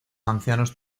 ancianos